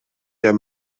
der